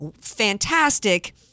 fantastic